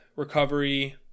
Recovery